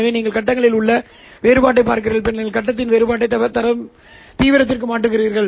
எனவே நீங்கள் கட்டங்களில் உள்ள வேறுபாட்டைப் பார்க்கிறீர்கள் பின்னர் கட்டத்தின் வேறுபாட்டை தீவிரத்திற்கு மாற்றுகிறீர்கள்